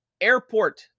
airport